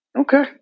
Okay